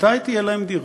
מתי תהיה להם דירה?